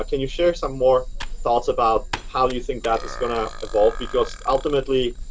like and you share some more thoughts about how you think that is going to evolve? because ultimately,